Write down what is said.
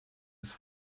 ist